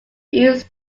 used